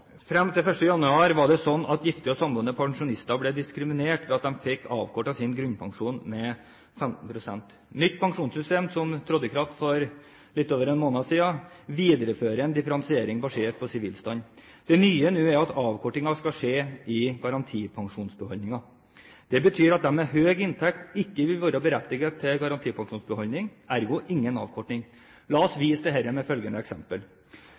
Frem til 1. januar var det sånn at gifte og samboende pensjonister ble diskriminert ved at de fikk avkortet sin grunnpensjon med 15 pst. Nytt pensjonssystem, som trådte i kraft for litt over en måned siden, viderefører en differensiering basert på sivilstand. Det nye nå er at avkortingen skal skje i garantipensjonsbeholdningen. Det betyr at de med høy inntekt ikke vil være berettiget til garantipensjonsbeholdning, ergo ingen avkorting. La oss vise dette med følgende eksempel: